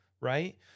right